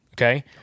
Okay